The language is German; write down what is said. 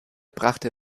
brachte